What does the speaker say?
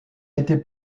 été